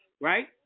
Right